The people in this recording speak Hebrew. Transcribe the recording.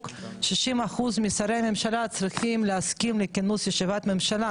60% משרי הממשלה צריכים להסכים לכינוס ישיבת ממשלה.